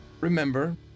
remember